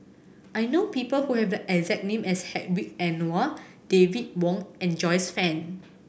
I know people who have the exact name as Hedwig Anuar David Wong and Joyce Fan